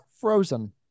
Frozen